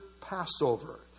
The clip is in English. Passover